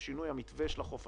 על שינוי המתווה של החופשים